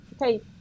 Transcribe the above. okay